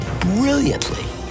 brilliantly